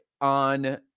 on